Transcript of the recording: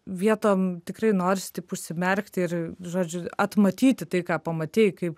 vietom tikrai norisi taip užsimerkti ir žodžiu atmatyti tai ką pamatei kaip